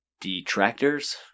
detractors